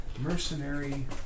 Mercenary